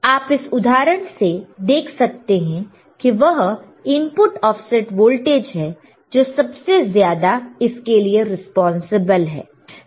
आप इस उदाहरण से देख सकते हैं कि वह इनपुट ऑफसेट वोल्टेज है जो सबसे ज्यादा इसके लिए रिस्पांसिबल है